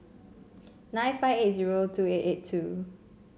six five eight zero two eight eight two